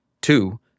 Two